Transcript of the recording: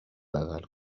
بغل